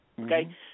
Okay